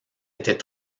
était